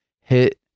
hit